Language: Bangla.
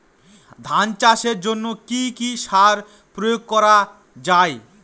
ধান চাষের জন্য কি কি সার প্রয়োগ করা য়ায়?